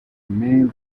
main